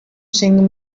sing